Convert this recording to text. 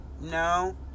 No